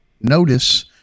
notice